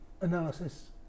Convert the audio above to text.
analysis